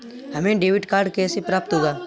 हमें debit card कैसे प्राप्त होगा?